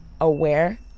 aware